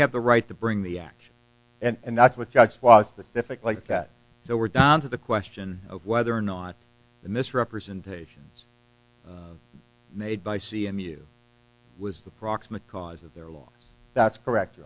have the right to bring the action and that's what judge was specific like that so we're down to the question of whether or not the misrepresentations made by cmu was the proximate cause of their law that's correct